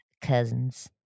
Cousins